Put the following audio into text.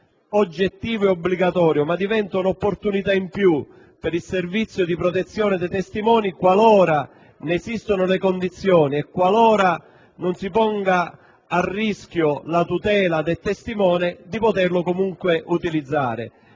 oggettivo e obbligatorio facendolo diventare un'opportunità in più per il servizio di protezione dei testimoni che, qualora ne esistano le condizioni e non si ponga a rischio la tutela del testimone, si potrebbe comunque utilizzare